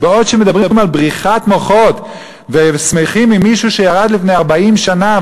אז בעוד מדברים על בריחת מוחות ושמחים עם מישהו שירד לפני 40 שנה,